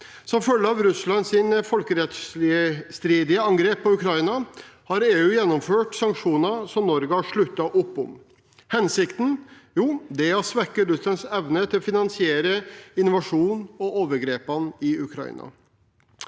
Som følge av Russlands folkerettsstridige angrep på Ukraina har EU gjennomført sanksjoner Norge har sluttet opp om. Hensikten er å svekke Russlands evne til å finansiere invasjonen og overgrepene i Ukraina.